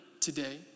today